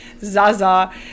zaza